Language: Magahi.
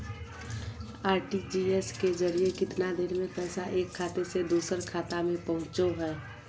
आर.टी.जी.एस के जरिए कितना देर में पैसा एक खाता से दुसर खाता में पहुचो है?